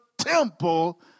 temple